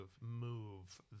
move